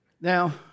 Now